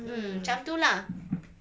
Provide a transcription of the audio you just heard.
mm macam tu lah